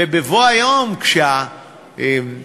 ובבוא היום, כשההסכם